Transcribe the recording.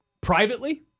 privately